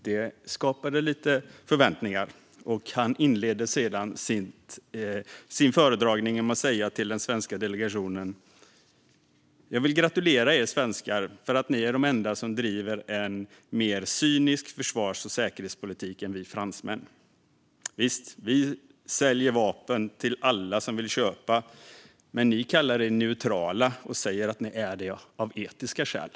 Detta skapade lite förväntningar, och ministern inledde sedan sin föredragning med att säga till den svenska delegationen: Jag vill gratulera er svenskar för att ni är de enda som driver en mer cynisk försvars och säkerhetspolitik än vi fransmän. Visst, vi säljer vapen till alla som vill köpa, men ni kallar er neutrala och säger att ni är det av etiska skäl.